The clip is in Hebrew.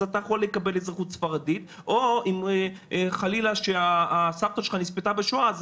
אתה יכול לקבל אזרחות ספרדית או אם חלילה שהסבתא שלך נספתה בשואה אז